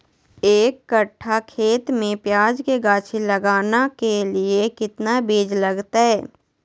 एक कट्ठा खेत में प्याज के गाछी लगाना के लिए कितना बिज लगतय?